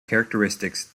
characteristics